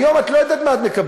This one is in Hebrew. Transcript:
היום את לא יודעת מה את מקבלת.